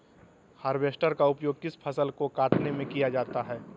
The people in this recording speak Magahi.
हार्बेस्टर का उपयोग किस फसल को कटने में किया जाता है?